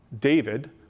David